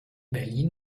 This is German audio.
berlin